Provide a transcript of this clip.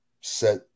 set